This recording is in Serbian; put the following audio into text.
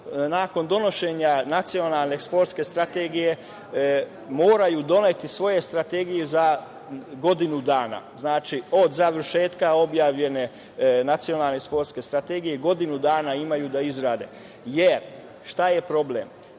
nakon donošenja nacionalne sportske strategije moraju doneti svoje strategije za godinu dana. Znači, od završetka objavljene nacionalne sportske strategije godinu dana imaju da je izrade. Jer šta je problem?